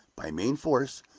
by main force,